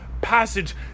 passage